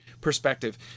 perspective